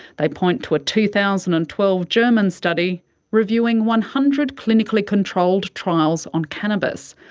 they point to a two thousand and twelve german study reviewing one hundred clinically controlled trials on cannabis.